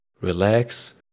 relax